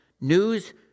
news